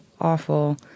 awful